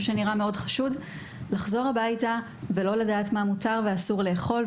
שנראה מאוד חשוד אבל אז לחזור הביתה בלי לדעת מה מותר ומה אסור לו לאכול.